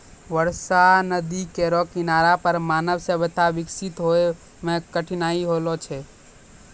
बरसा नदी केरो किनारा पर मानव सभ्यता बिकसित होय म कठिनाई होलो छलै